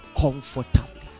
Comfortably